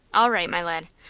all right, my lad.